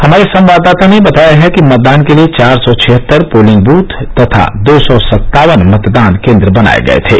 हमारे संवाददाता ने बताया है कि मतदान के लिए चार सौ छिहत्तर पोलिंग बूथ तथा दो सौ सत्तावन मतदान केन्द्र बनाये गये थे